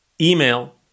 email